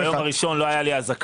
אם ביום ראשון לא היה לי אזעקה.